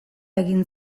egin